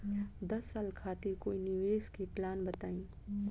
दस साल खातिर कोई निवेश के प्लान बताई?